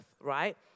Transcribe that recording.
right